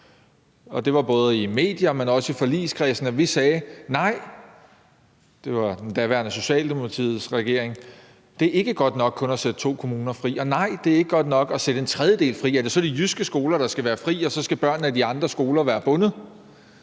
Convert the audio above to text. det var både i medier, men også i forligskredsen, at vi sagde: Nej, det er ikke godt nok kun at sætte to kommuner fri, og nej, det er ikke godt nok at sætte en tredjedel fri. Er det så de jyske skoler, der skal være fri, og så skal børnene i de andre skoler være bundet?